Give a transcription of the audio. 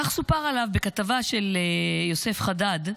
כך סופר עליו בכתבה של יוסף חדאד,